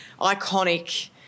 iconic